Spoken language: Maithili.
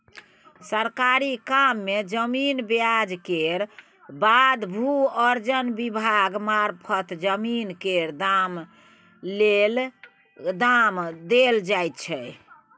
सरकारी काम मे जमीन कब्जा केर बाद भू अर्जन विभाग मारफत जमीन केर दाम देल जाइ छै